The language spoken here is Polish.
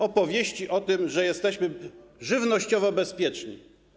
Opowieści o tym, że jesteśmy żywnościowo bezpieczni.